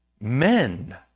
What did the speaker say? men